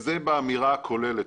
זאת אמירה כוללת.